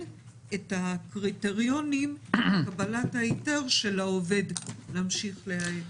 את הקריטריונים לקבלת ההיתר של העובד להמשיך לעבוד.